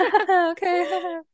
Okay